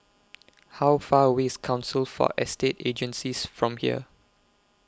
How Far away IS Council For Estate Agencies from here